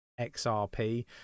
xrp